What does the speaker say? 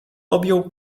objął